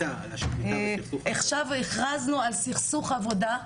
עכשיו הכרזנו על סכסוך עבודה.